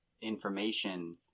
information